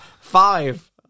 five